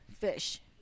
fish